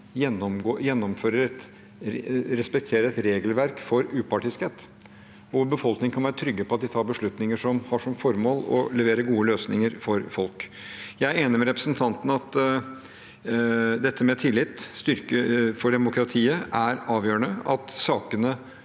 respekterer et regelverk for upartiskhet, hvor befolkningen kan være trygg på at de tar beslutninger som har som formål å levere gode løsninger for folk. Jeg er enig med representanten i at dette med tillit til og styrking av demokratiet er avgjørende,